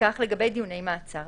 כך לגבי דיוני מעצר,